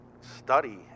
study